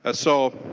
ah so